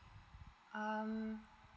um